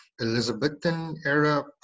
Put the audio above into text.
Elizabethan-era